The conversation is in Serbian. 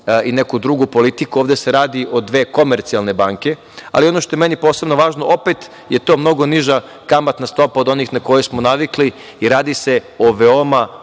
neku drugu politiku, ovde se radi o dve komercijalne banke. Ono što je meni posebno važno, opet je to mnogo niža kamatna stopa od onih na koje smo navikli i radi se o veoma